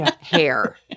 hair